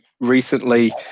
recently –